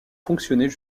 fonctionner